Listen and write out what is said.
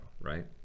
right